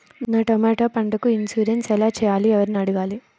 నా టమోటా పంటకు ఇన్సూరెన్సు ఎలా చెయ్యాలి? ఎవర్ని అడగాలి?